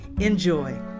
Enjoy